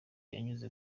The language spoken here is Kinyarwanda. yanyuze